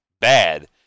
bad